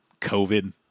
COVID